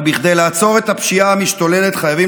אבל כדי לעצור את הפשיעה המשתוללת חייבים